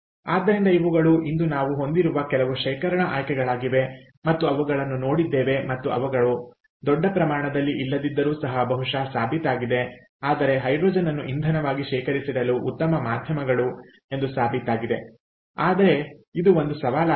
ಆದ್ದರಿಂದ ಇವುಗಳು ಇಂದು ನಾವು ಹೊಂದಿರುವ ಕೆಲವು ಶೇಖರಣಾ ಆಯ್ಕೆಗಳಾಗಿವೆ ಮತ್ತು ಅವುಗಳನ್ನು ನೋಡಿದ್ದೇವೆ ಮತ್ತು ಅವುಗಳು ದೊಡ್ಡ ಪ್ರಮಾಣದಲ್ಲಿ ಇಲ್ಲದಿದ್ದರೂ ಸಹ ಬಹುಶಃ ಸಾಬೀತಾಗಿದೆ ಆದರೆ ಹೈಡ್ರೋಜನ್ ಅನ್ನು ಇಂಧನವಾಗಿ ಶೇಖರಿಸಿಡಲು ಉತ್ತಮ ಮಾಧ್ಯಮಗಳು ಎಂದು ಸಾಬೀತಾಗಿದೆ ಆದರೆ ಇದು ಒಂದು ಸವಾಲು ಆಗಿದೆ